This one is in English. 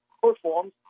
performs